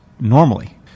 normally